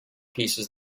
pieces